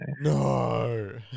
No